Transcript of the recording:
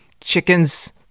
Chickens